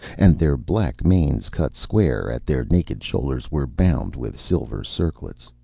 and their black manes, cut square at their naked shoulders, were bound with silver circlets.